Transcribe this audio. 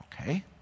Okay